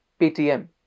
PTM